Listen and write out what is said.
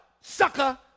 sucker